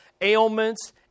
ailments